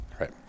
Right